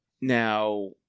Now